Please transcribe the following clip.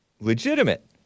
legitimate